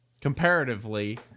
comparatively